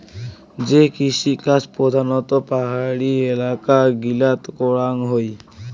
যে কৃষিকাজ প্রধানত পাহাড়ি এলাকা গিলাত করাঙ হই